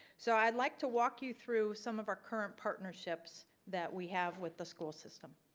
so i'd like to walk you through some of our current partnerships that we have with the school system.